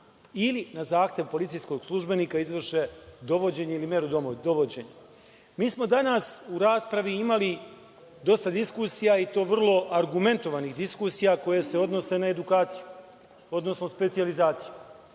ili na zahtev policijskog službenika izvrše dovođenje ili meru dovođenja. Mi smo danas u raspravi imali dosta diskusija i to vrlo argumentovanih diskusija koje se odnose na edukaciju, odnosno specijalizaciju.